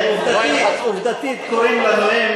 אבל עובדתית,